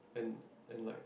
and and like